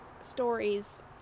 stories